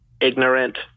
ignorant